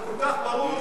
זה כל כך ברור,